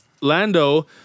Lando